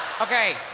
Okay